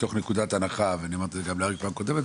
יוצאים מתוך נקודת הנחה וגם אמרתי את זה לאריק בפעם הקודמת,